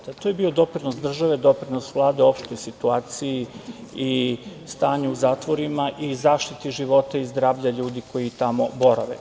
To je bio doprinos države, doprinos vlade, opštoj situaciji i stanju u zatvorima i zaštiti života i zdravlja ljudi koji tamo borave.